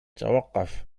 توقف